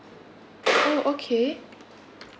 oh okay